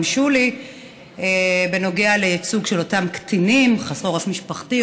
שולי בנוגע לייצוג של אותם קטינים חסרי עורף משפחתי,